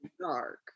dark